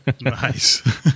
Nice